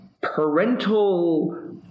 parental